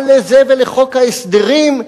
מה לזה ולחוק ההסדרים,